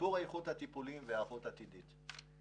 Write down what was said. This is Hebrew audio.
שיפור איכות הטיפולים והיערכות עתידית.